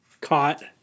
caught